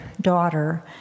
daughter